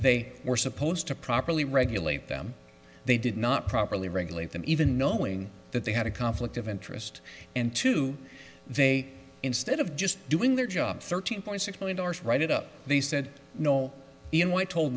they were supposed to properly regulate them they did not properly regulate them even knowing that they had a conflict of interest and two they instead of just doing their job thirty point six billion dollars write it up they said no even when told